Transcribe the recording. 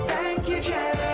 thank you, jeff